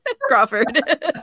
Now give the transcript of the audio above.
Crawford